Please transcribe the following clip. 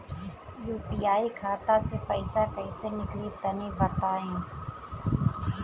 UPI खाता से पइसा कइसे निकली तनि बताई?